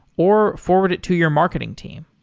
or forward it to your marketing team.